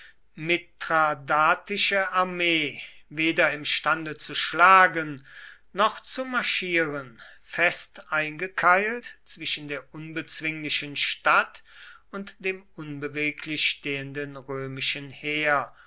mithradatische armee weder imstande zu schlagen noch zu marschieren fest eingekeilt zwischen der unbezwinglichen stadt und dem unbeweglich stehenden römischen heer